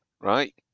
right